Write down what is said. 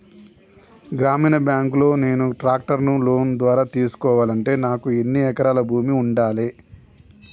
గ్రామీణ బ్యాంక్ లో నేను ట్రాక్టర్ను లోన్ ద్వారా తీసుకోవాలంటే నాకు ఎన్ని ఎకరాల భూమి ఉండాలే?